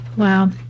Wow